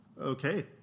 Okay